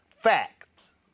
facts